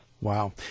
Wow